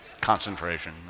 concentration